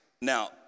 Now